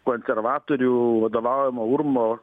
konservatorių vadovaujama urmo